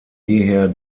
jeher